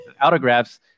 autographs